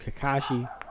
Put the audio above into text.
Kakashi